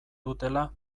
dutela